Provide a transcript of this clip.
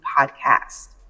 podcast